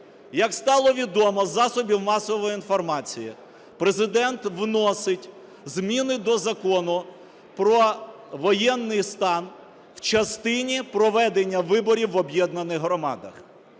Як стало відомо із засобів масової інформації, Президент вносить зміни до Закону про воєнний стан у частині проведення виборів в об'єднаних громадах.